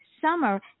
Summer